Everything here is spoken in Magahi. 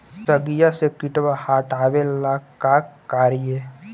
सगिया से किटवा हाटाबेला का कारिये?